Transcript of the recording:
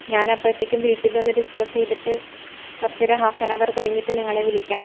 ഞാനപ്പൊഴത്തേക്കും വീട്ടിലൊന്ന് ഡിസ്ക്കസേയ്തിട്ട് കുറച്ച് ഒരു ഹാൾഫ് ആൻ അവർ കഴിഞ്ഞിട്ട് നിങ്ങളെ വിളിക്കാം